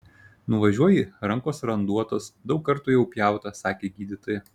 nuvažiuoji rankos randuotos daug kartų jau pjauta sakė gydytoja